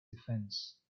defence